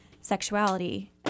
sexuality